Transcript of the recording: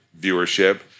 viewership